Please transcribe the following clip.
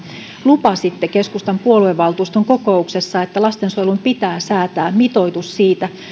lupasitte keskustan puoluevaltuuston kokouksessa että lastensuojeluun pitää säätää mitoitus siitä